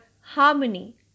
harmony